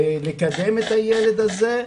לקדם את הילד הזה,